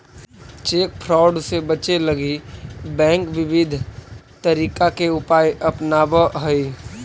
cheque fraud से बचे लगी बैंक विविध तरीका के उपाय अपनावऽ हइ